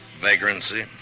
Vagrancy